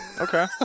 Okay